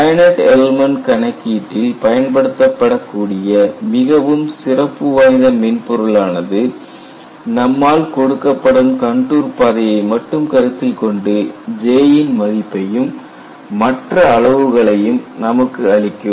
finite element கணக்கீட்டில் பயன்படுத்தப்படக் கூடிய மிகவும் சிறப்பு வாய்ந்த மென்பொருளானது நம்மால் கொடுக்கப்படும் கண்டூர் பாதையை மட்டும் கருத்தில் கொண்டு J யின் மதிப்பையும் மற்ற அளவுகளையும் நமக்கு அளிக்கும்